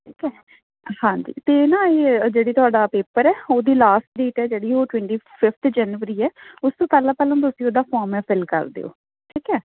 ਠੀਕ ਹੈ ਹਾਂਜੀ ਅਤੇ ਨਾ ਇਹ ਜਿਹੜੀ ਤੁਹਾਡਾ ਪੇਪਰ ਹੈ ਉਹਦੀ ਲਾਸਟ ਡੇਟ ਹੈ ਜਿਹੜੀ ਉਹ ਟਵੈਟੀ ਫਿਫਥ ਜਨਵਰੀ ਹੈ ਉਸ ਤੋਂ ਪਹਿਲਾਂ ਪਹਿਲਾਂ ਤੁਸੀਂ ਉਹਦਾ ਫੋਰਮ ਹੈ ਫਿਲ ਕਰ ਦਿਓ ਠੀਕ ਹੈ